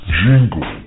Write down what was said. jingle